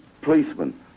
policemen